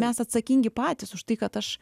mes atsakingi patys už tai kad aš